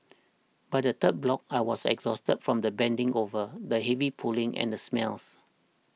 by the third block I was exhausted from the bending over the heavy pulling and smells